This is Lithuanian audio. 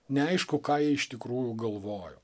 neaišku ką jie iš tikrųjų galvojo